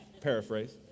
paraphrase